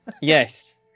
Yes